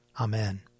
Amen